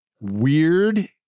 Weird